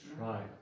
Right